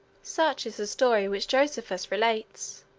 such is the story which josephus relates.